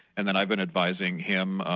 and then i've been advising him,